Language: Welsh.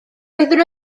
oeddwn